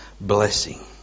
blessing